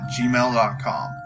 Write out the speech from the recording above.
gmail.com